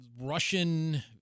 Russian